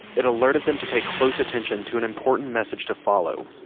it alerted them to pay close attention to and important message to follow